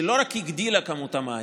שלא רק הגדילה את כמות המים,